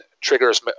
triggers